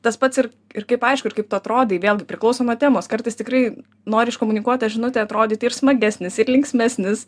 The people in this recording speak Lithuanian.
tas pats ir ir kaip aišku ir kaip tu atrodai vėlgi priklauso nuo temos kartais tikrai nori iškomunikuot tą žinutę atrodyt ir smagesnis ir linksmesnis